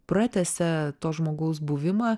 pratęsia to žmogaus buvimą